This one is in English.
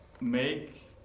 make